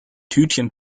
tütchen